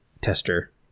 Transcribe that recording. tester